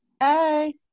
Hey